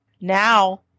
Now